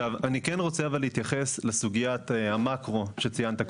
אני כן רוצה להתייחס לסוגיית המאקרו שציינת קודם.